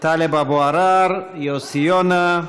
טלב אבו עראר, יוסי יונה,